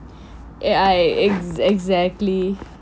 eh ya exactly